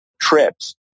trips